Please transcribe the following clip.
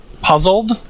puzzled